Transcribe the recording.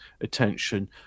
attention